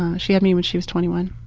and she had me when she was twenty one.